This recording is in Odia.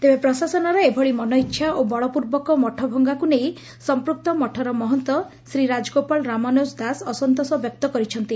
ତେବେ ପ୍ରଶାସନର ଏଭଳି ମନଇଛା ଓ ବଳପ୍ରବ୍ବକ ମଠ ଭଙ୍ଗାକୁ ନେଇ ସମ୍ମିକ୍ତ ମଠର ମହନ୍ତ ଶ୍ରୀ ରାଜଗୋପାଳ ରାମାନୁଜ ଦାସ ଅସନ୍ତୋଷ ବ୍ୟକ୍ତ କରିଛନ୍ତି